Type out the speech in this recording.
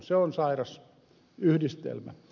se on sairas yhdistelmä